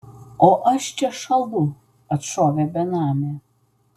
o aš čia šąlu atšovė benamė